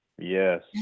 yes